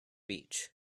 beach